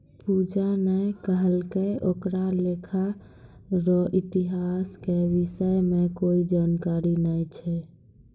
पूजा ने कहलकै ओकरा लेखा रो इतिहास के विषय म कोई जानकारी नय छै